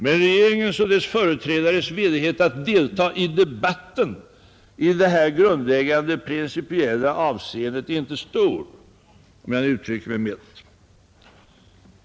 Men regeringens och dess företrädares villighet att delta i debatten i det här grundläggande principiella avseendet är inte stor — för att uttrycka sig milt.